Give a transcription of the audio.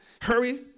hurry